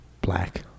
Black